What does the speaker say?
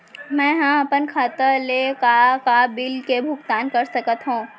मैं ह अपन खाता ले का का बिल के भुगतान कर सकत हो